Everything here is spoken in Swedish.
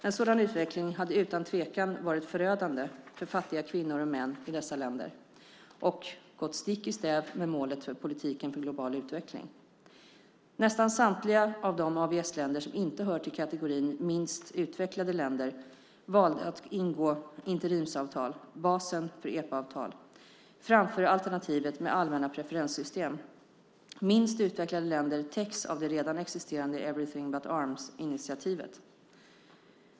En sådan utveckling hade utan tvekan varit förödande för fattiga kvinnor och män i dessa länder, och gått stick i stäv med målet för politiken för global utveckling. Nästan samtliga av de AVS-länder som inte hör till kategorin minst utvecklade länder valde att ingå interimsavtal - basen för EPA-avtal - framför alternativet med allmänna preferenssystem. Minst utvecklade länder täcks av det redan existerande Everything-but-Arms-initiativet.